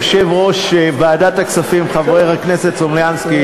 יושב-ראש ועדת הכספים חבר הכנסת סלומינסקי,